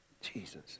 Jesus